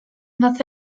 not